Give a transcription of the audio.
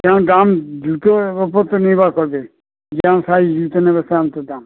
কেমন দাম জুতোর ওপর তো নির্ভর করবে যেমন সাইজ জুতো নেবে সেরম তো দাম